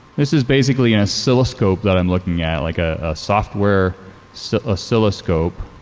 this is basically an oscilloscope that i'm looking at, like a software so oscilloscope.